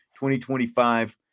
2025